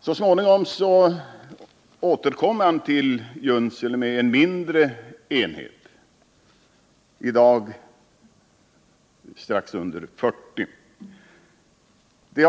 Så småningom återkom Polarvagnen till Junsele med en mindre enhet, som i dag har strax under 40 anställda.